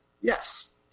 yes